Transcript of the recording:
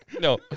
No